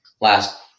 last